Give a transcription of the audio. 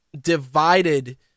divided